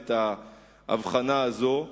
את ההבחנה הזו.